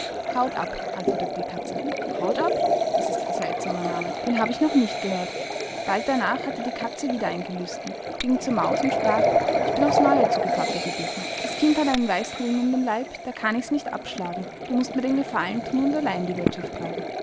hautab antwortete die katze hautab das ist ein seltsamer name den hab ich noch nicht gehört bald darnach hatte die katze wieder ein gelüsten ging zur maus und sprach ich bin aufs neue zu gevatter gebeten das kind hat einen weißen ring um den leib da kann ichs nicht abschlagen du mußt mir den gefallen thun und allein die wirthschaft treiben